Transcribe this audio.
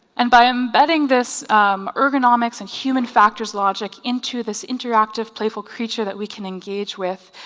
and by embedding this ergonomics and human factors logic into this interactive playful creature that we can engage with,